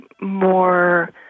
more